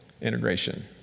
integration